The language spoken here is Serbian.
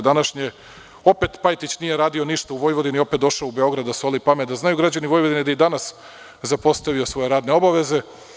Opet Pajtić nije radio ništa u Vojvodini, opet došao u Beograd da soli pamet, da znaju građani Vojvodine da je i danas zapostavio svoje radne obaveze.